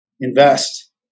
invest